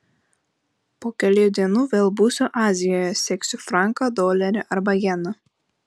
po kelių dienų vėl būsiu azijoje seksiu franką dolerį arba jeną